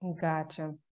Gotcha